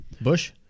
Bush